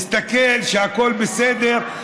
מסתכל שהכול בסדר,